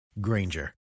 Granger